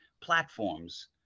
platforms